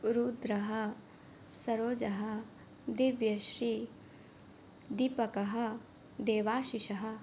रुद्रः सरोजः दिव्यश्रीः दीपकः देवाशिषः